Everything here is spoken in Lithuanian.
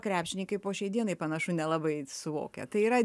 krepšininkai po šiai dienai panašu nelabai suvokia tai yra